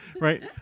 Right